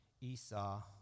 Esau